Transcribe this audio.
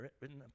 written